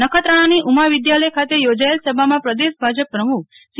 નખત્રાણાની ઉમા વિધાલય ખાતે યોજાયેલ સભામાં પ્રદેશ ભાજપ પ્રમુખ સી